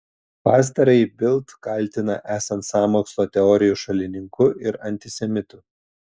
pastarąjį bild kaltina esant sąmokslo teorijų šalininku ir antisemitu